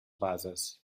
bases